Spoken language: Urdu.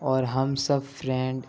اور ہم سب فرینڈ